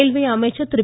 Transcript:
railway அமைச்சர் திரு